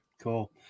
Cool